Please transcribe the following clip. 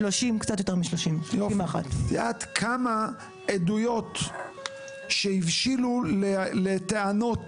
31. את יודעת כמה עדויות שהבשילו לטענות